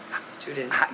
students